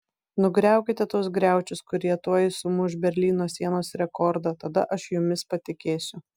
nugriaukite tuos griaučius kurie tuoj sumuš berlyno sienos rekordą tada aš jumis patikėsiu